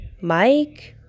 Mike